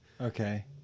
Okay